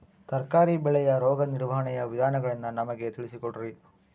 ತರಕಾರಿ ಬೆಳೆಯ ರೋಗ ನಿರ್ವಹಣೆಯ ವಿಧಾನಗಳನ್ನು ನಮಗೆ ತಿಳಿಸಿ ಕೊಡ್ರಿ?